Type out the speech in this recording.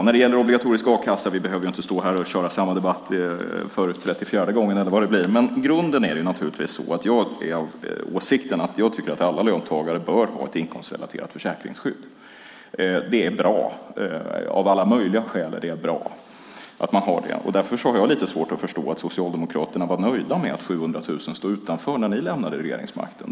När det gäller obligatorisk a-kassa behöver vi inte stå här och köra samma debatt för 34:e gången eller vad det blir, men grunden är naturligtvis att jag är av åsikten att alla löntagare bör ha ett inkomstrelaterat försäkringsskydd. Det är bra att ha av alla möjliga skäl. Därför har jag lite svårt att förstå att Socialdemokraterna var nöjda med att 700 000 personer stod utanför när ni lämnade regeringsmakten.